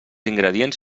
ingredients